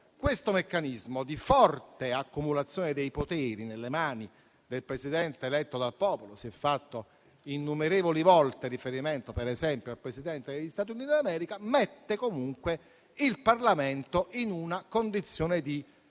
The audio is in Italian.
questo meccanismo di forte accumulazione dei poteri nelle mani del Presidente eletto dal popolo - si è fatto innumerevoli volte riferimento per esempio al presidente degli Stati Uniti d'America - mette comunque il Parlamento in una condizione di altrettanta